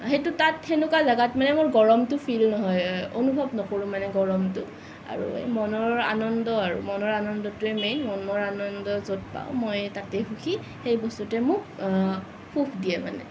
সেইটো তাত সেনেকুৱা জেগাত মানে মোৰ গৰমটো ফিম অনুভৱ নকৰোঁ মানে গৰমটো আৰু এই মনৰ আনন্দ আৰু মনৰ আনন্দটোৱে মেইন মনৰ আনন্দ য'ত পাওঁ মই তাতেই সুখী সেই বস্তুটোৱে মোক সুখ দিয়ে মানে